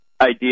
idea